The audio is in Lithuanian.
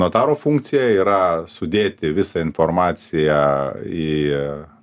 notaro funkcija yra sudėti visą informaciją į